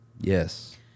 Yes